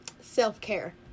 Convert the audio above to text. self-care